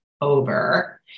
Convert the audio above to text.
over